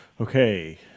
Okay